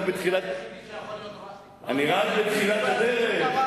אנחנו רק בתחילת הדרך.